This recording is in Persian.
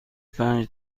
پنج